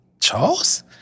Charles